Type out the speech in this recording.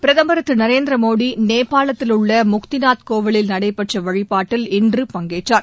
பிரதமர் திரு நரேந்திரமோடி நேபாளத்தில் உள்ள முக்திநாத் கோவிலில் நடைபெற்ற வழிபாட்டில் இன்று பங்கேற்றார்